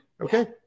Okay